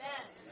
Amen